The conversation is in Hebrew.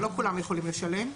אבל לא כולם יכולים לשלם.